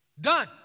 done